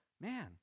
Man